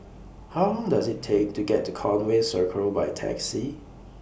How Long Does IT Take to get to Conway Circle By Taxi